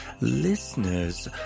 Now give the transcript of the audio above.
listeners